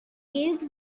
gave